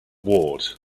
ward